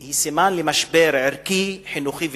היא סימן למשבר ערכי, חינוכי ותרבותי,